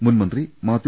മുൻ മന്ത്രി മാത്യു